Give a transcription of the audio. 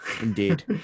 Indeed